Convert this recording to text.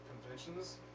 conventions